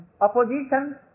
Opposition